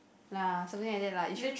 nah something like that lah